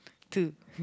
two